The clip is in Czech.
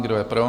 Kdo je pro?